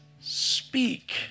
Speak